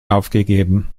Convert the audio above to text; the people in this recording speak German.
aufgegeben